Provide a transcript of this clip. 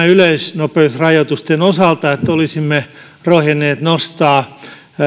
yleisnopeusrajoitusten osalta että olisimme rohjenneet nostaa